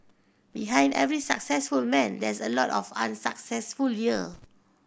behind every successful man there's a lot of unsuccessful year